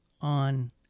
on